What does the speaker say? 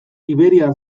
iberiar